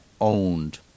owned